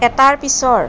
এটাৰ পিছৰ